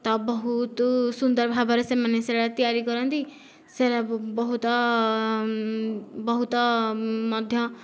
ତ ବହୁତ ସୁନ୍ଦର ଭାବରେ ସେମାନେ ସେଇଟା ତିଆରି କରନ୍ତି ସେରା ବବହୁତ ବହୁତ ମଧ୍ୟ